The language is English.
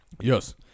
yes